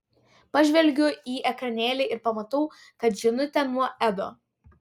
pažvelgiu į ekranėlį ir pamatau kad žinutė nuo edo